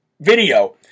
video